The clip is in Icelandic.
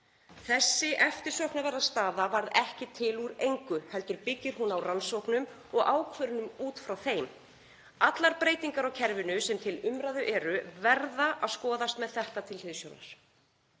Þessi eftirsóknarverða staða varð ekki til úr engu heldur byggir hún á rannsóknum og ákvörðunum út frá þeim. Allar breytingar á kerfinu sem til umræðu eru verða að skoðast með þetta til hliðsjónar.